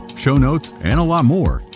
show notes and a lot more,